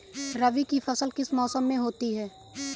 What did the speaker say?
रबी की फसल किस मौसम में होती है?